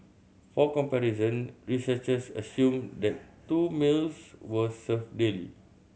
for comparison researchers assumed that two meals were served daily